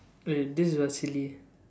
wait this is what silly ah